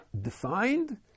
defined